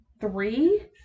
three